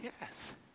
yes